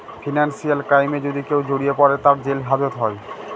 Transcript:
financial ক্রাইমে যদি কেউ জড়িয়ে পরে, তার জেল হাজত হয়